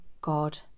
God